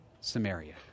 Samaria